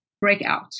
breakout